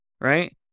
Right